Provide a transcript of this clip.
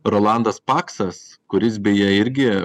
rolandas paksas kuris beje irgi